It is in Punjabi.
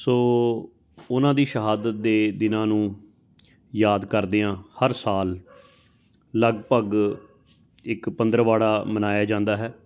ਸੋ ਉਹਨਾਂ ਦੀ ਸ਼ਹਾਦਤ ਦੇ ਦਿਨਾਂ ਨੂੰ ਯਾਦ ਕਰਦਿਆਂ ਹਰ ਸਾਲ ਲਗਭਗ ਇੱਕ ਪੰਦਰਵਾੜਾ ਮਨਾਇਆ ਜਾਂਦਾ ਹੈ